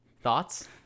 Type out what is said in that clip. thoughts